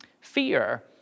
Fear